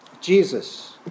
Jesus